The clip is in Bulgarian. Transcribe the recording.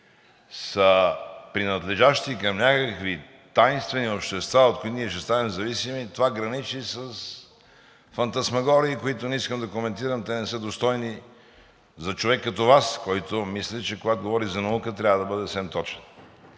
са принадлежащи към някакви тайнствени общества, от които ние ще станем зависими, това граничи с фантасмагории, които не искам да коментирам. Те не са достойни за човек като Вас, който, мисля, че когато говори за наука, трябва да бъде съвсем точен,